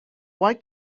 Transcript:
why